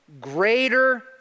greater